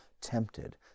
tempted